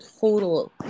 total